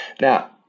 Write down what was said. now